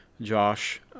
josh